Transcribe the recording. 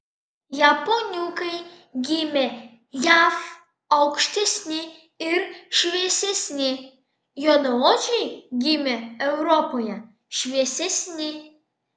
japoniukai gimę jav aukštesni ir šviesesni juodaodžiai gimę europoje šviesesni